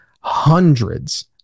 hundreds